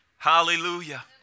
Hallelujah